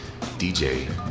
DJ